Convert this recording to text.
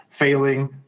failing